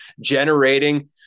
generating